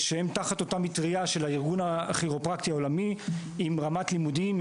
שהם תחת אותה מטריה של הארגון הכירופרקטי העולמי עם רמת לימודים,